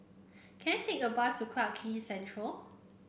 can I take a bus to Clarke Quay Central